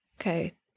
Okay